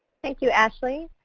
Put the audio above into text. thank you, ashley.